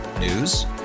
News